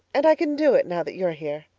and i can do it, now that you're here.